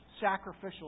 sacrificial